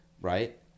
Right